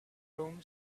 room